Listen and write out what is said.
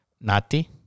Nati